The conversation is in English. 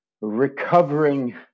recovering